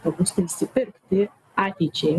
tą būstą išsipirkti ateičiai